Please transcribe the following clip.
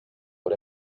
but